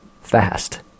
fast